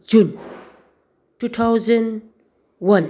June two thousand one